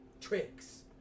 Tricks